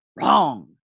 Wrong